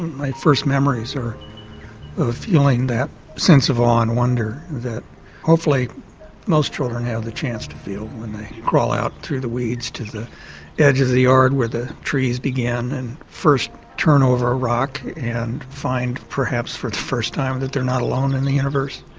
my first memories are of feeling that sense of awe and wonder that hopefully most children have the chance to feel when they crawl out through the weeds to the edge of the yard where the trees begin and first turn over a rock and find perhaps for the first time that they're not alone in the universe,